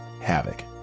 havoc